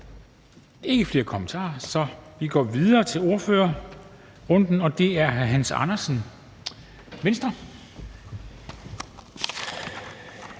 ikke flere kommentarer. Vi går videre i ordførerrunden, og nu er det hr. Hans Andersen, Venstre.